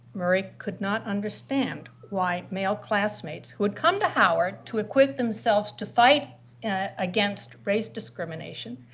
murray could not understand why male classmates, who had come to howard to equip themselves to fight against race discrimination,